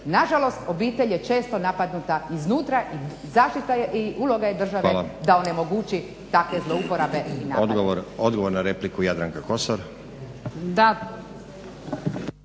Nažalost, obitelj je često napadnuta iznutra. I zaštita i uloga je države da onemogući takve zlouporabe i napade. **Stazić, Nenad (SDP)** Odgovor na repliku Jadranka Kosor.